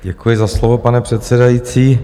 Děkuji za slovo, pane předsedající.